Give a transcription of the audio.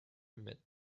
met